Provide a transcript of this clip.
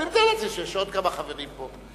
אני מתאר לעצמי שיש עוד כמה חברים פה.